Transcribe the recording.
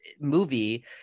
movie